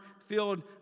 filled